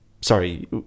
sorry